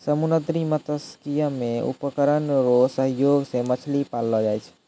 समुन्द्री मत्स्यिकी मे उपकरण रो सहयोग से मछली पाललो जाय छै